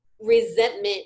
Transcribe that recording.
resentment